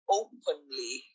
openly